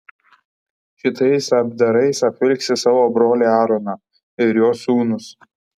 šitais apdarais apvilksi savo brolį aaroną ir jo sūnus